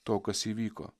to kas įvyko